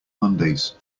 mondays